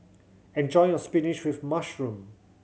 enjoy your spinach with mushroom